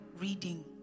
reading